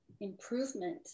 improvement